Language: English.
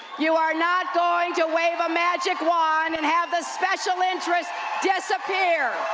you are not going to wave a magic wand and have the special interests disappear!